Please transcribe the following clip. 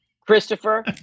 Christopher